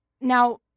Now